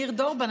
ניר דורבן,